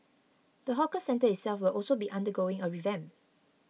the hawker centre itself will also be undergoing a revamp